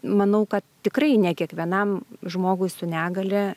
manau kad tikrai ne kiekvienam žmogui su negalia